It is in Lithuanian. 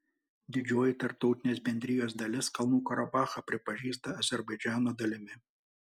didžioji tarptautinės bendrijos dalis kalnų karabachą pripažįsta azerbaidžano dalimi